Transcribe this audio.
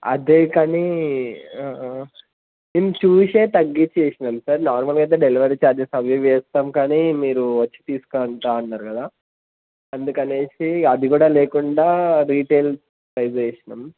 అదే కానీ మేము చూసే తగ్గించి వేసాం సార్ నార్మల్ అయితే డెలివరీ ఛార్జెస్ అవి వేస్తాం కానీ మీరు వచ్చి తీసుకుంటాను అన్నారు కదా అందుకని అది కూడా లేకుండా రీటెయిల్ ప్రైస్ వేసాం